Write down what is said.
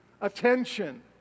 attention